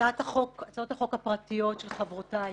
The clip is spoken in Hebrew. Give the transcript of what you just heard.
הצעות החוק הפרטיות של חברותיי,